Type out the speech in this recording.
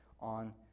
on